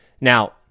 Now